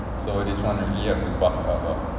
so this [one] really have to buck up lah